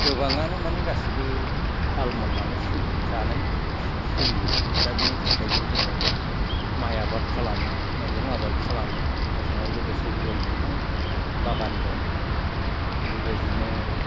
गोबाङानो माने गासिबो हाल मावनानै सोलियो जानाय सोलियो दा बेनि थाखाय नो जोङो माइ आबाद खालामो मैगं आबाद खालामो आर बिजों लोगोसे गय बिफां बागान दं दा बेबादिनो